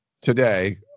today